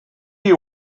you